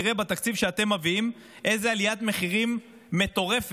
תראה בתקציב שאתם מביאים איזו עליית מחירים מטורפת